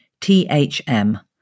thm